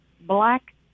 black